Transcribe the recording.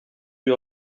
you